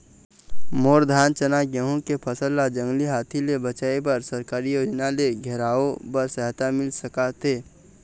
मोर धान चना गेहूं के फसल ला जंगली हाथी ले बचाए बर सरकारी योजना ले घेराओ बर सहायता मिल सका थे?